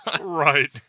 Right